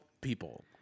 people